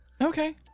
Okay